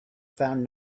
found